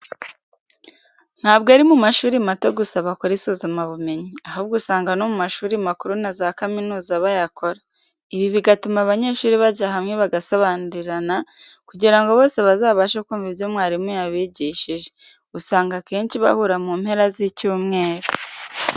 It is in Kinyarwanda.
Ntabwo ari mu mashuri mato gusa bakora isuzumabumenyi, ahubwo usanga no mu mashuri makuru na za kaminuza bayakora, ibi bigatuma abanyeshuri bajya hamwe bagasobanurirana, kugira ngo bose babashe kumva ibyo mwarimu yabigishije. Usanga akenshi bahura mu mpera z'icyumweru.